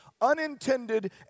unintended